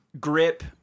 grip